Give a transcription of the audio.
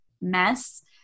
mess